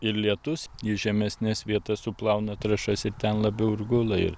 ir lietus į žemesnes vietas suplauna trąšas ir ten labiau ir gula ir